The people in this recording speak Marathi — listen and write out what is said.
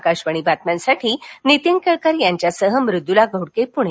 आकाशवाणी बातम्यांसाठी नीतीन केळकर यांच्यासह मुदुला घोडक्रि पुणे